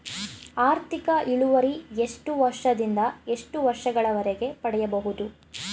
ಆರ್ಥಿಕ ಇಳುವರಿ ಎಷ್ಟು ವರ್ಷ ದಿಂದ ಎಷ್ಟು ವರ್ಷ ಗಳವರೆಗೆ ಪಡೆಯಬಹುದು?